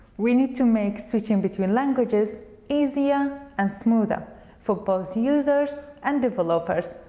we need to make switching between languages easier and smoother for both users and developers,